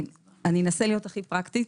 אנסה להיות הכי פרקטית